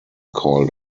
called